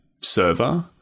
server